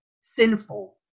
sinful